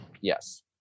Yes